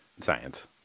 science